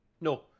no